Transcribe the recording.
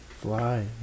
fly